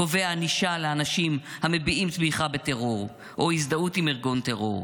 הקובע ענישה לאנשים המביעים תמיכה בטרור או הזדהות עם ארגון טרור,